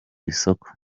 isoko